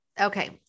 Okay